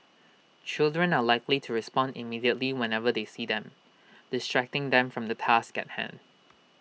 children are likely to respond immediately whenever they see them distracting them from the task at hand